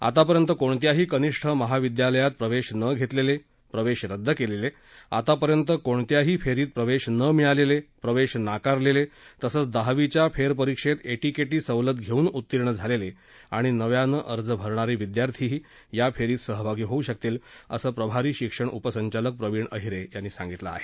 आतापर्यंत कोणत्याही कनिष्ठ महाविद्यालयात प्रवेश न घेतलेले प्रवेश रद्द केलेले आतापर्यंत कोणत्याही फेरीत प्रवेश न मिळालेले प्रवेश नाकारलेले तसंच दहावीच्या फेरपरीक्षेत एटीकेटी सवलत घेऊन उत्तीर्ण झालेले आणि नव्यानं अर्ज भरणारे विद्यार्थीही या फेरीत सहभागी होऊ शकतील असं प्रभारी शिक्षण उपसंचालक प्रवीण अहिरे यांनी सांगितलं आहे